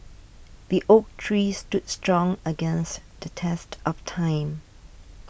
the oak tree stood strong against the test of time